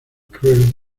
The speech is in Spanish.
cruel